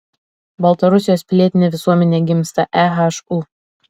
baltarusijos pilietinė visuomenė gimsta ehu